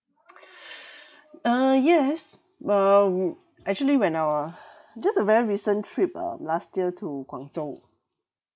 uh yes um actually when our just a very recent trip um last year to Guangzhou